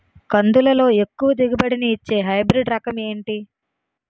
కందుల లో ఎక్కువ దిగుబడి ని ఇచ్చే హైబ్రిడ్ రకం ఏంటి?